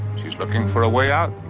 she's looking for a way out.